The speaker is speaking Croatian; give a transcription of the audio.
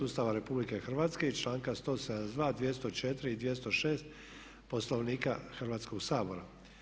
Ustava RH i članka 172., 204. i 206 Poslovnika Hrvatskog sabora.